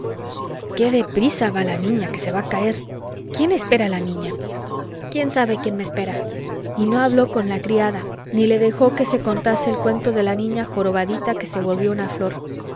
qué de prisa va la niña que se va a caer quién espera a la niña quién sabe quien me espera y no habló con la criada no le dijo que le contase el cuento de la niña jorobadita que se volvió una flor